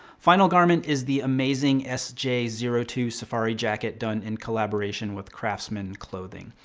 final garment is the amazing s j zero two safari jacket done in collaboration with craftsman clothing.